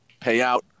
payout